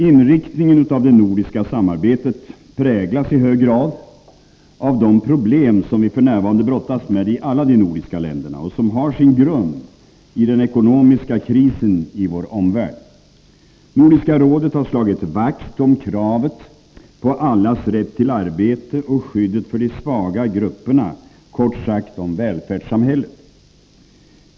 Inriktningen av det nordiska samarbetet präglas i hög grad av de problem som vi f. n. brottas med i alla de nordiska länderna och som har sin grund i den ekonomiska krisen i vår omvärld. Nordiska rådet har slagit vakt om kravet på allas rätt till arbete och skyddet för de svaga grupperna, kort sagt om välfärdssamhället.